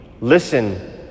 Listen